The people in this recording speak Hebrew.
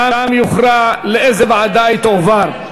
ושם יוכרע לאיזו ועדה היא תועבר.